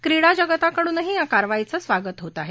क्रिडाजगताकडूनही या कारवाईचं स्वागत होत आहे